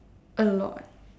a lot